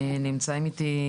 נמצאים איתי,